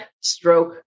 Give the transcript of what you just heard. stroke